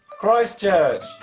Christchurch